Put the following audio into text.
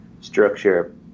structure